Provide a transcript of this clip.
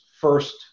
first